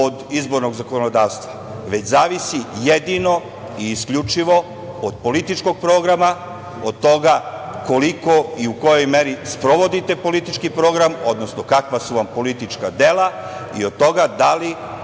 od izbornog zakonodavstva već zavisi jedino i isključivo od političkog programa, od toga koliko i u kojoj meri sprovodite politički problem, odnosno kakva su vam politička dela i od toga da li